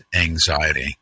anxiety